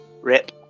Rip